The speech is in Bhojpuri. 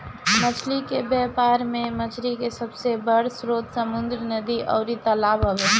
मछली के व्यापार में मछरी के सबसे बड़ स्रोत समुंद्र, नदी अउरी तालाब हवे